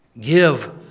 give